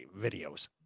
videos